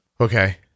Okay